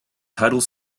title